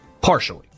Partially